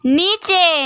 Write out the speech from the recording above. নিচে